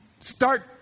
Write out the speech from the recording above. start